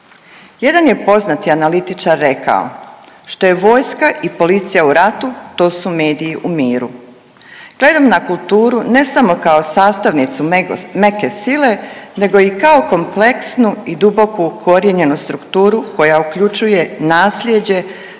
Jedan je poznati analitičar rekao „Što je vojska i policija u ratu to su mediji u miru“. Gledam na kulturu ne samo kao sastavnicu meke sile nego i kao kompleksnu i duboko ukorijenjenu strukturu koja uključuje nasljeđe,